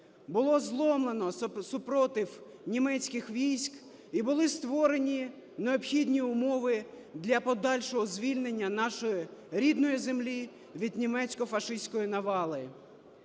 було зломлено супротив німецьких військ і були створені необхідні умови для подальшого звільнення нашої рідної землі від німецько-фашистської навали.